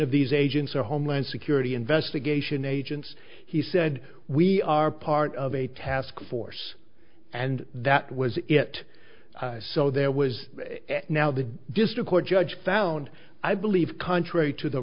of these agents are homeland security investigation agents he said we are part of a task force and that was it so there was now the district court judge found i believe contrary to the